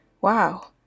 wow